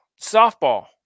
Softball